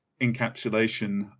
encapsulation